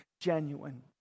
genuine